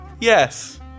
Yes